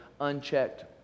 unchecked